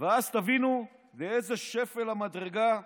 ואז תבינו לאיזה שפל המדרגה הגענו.